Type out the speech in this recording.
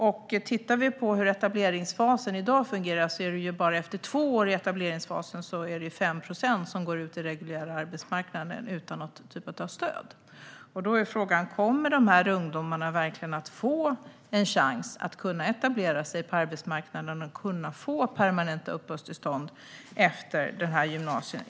Om vi tittar på hur etableringsfasen i dag fungerar kan vi se att det efter två år i etableringsfasen är 5 procent som går ut på den reguljära arbetsmarknaden utan någon typ av stöd. Då är frågan om dessa ungdomar verkligen kommer att få en chans att etablera sig på arbetsmarknaden och att få permanenta uppehållstillstånd efter gymnasiet.